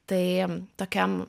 tai tokiam